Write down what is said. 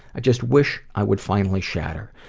i just wish i would finally shatter.